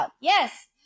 Yes